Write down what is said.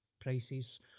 prices